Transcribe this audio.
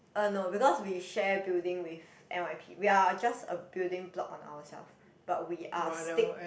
um no because we share building with n_y_p we are just a building block on ourself but we are stick